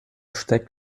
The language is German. steigt